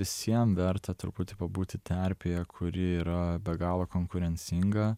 visiem verta truputį pabūti terpėje kuri yra be galo konkurencinga